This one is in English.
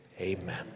amen